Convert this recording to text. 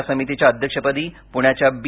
या समितीच्या अध्यक्षपदी पूण्याच्या बी